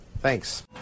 Thanks